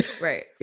right